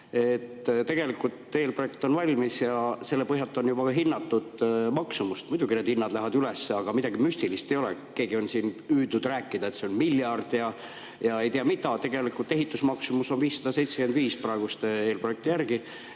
Tegelikult eelprojekt on valmis ja selle põhjal on juba hinnatud maksumust. Muidugi need hinnad lähevad üles, aga midagi müstilist ei ole. Keegi on siin püüdnud rääkida, et see on miljard, ja ei tea mida. Tegelikult ehitusmaksumus on praeguse eelprojekti järgi